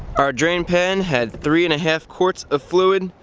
our drain pan had three and a half quarts of fluid,